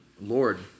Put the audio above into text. Lord